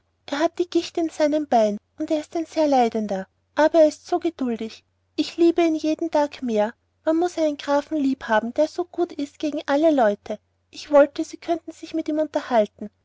er hat die gicht in seinem bain und ist ein sehr leitender aber er ist so gedulldich ich liebe in jeden tag mer man mus einen grafen lieb haben der so guth ist gegen alle leutte ich wolte sie könten mit im sich unterhalten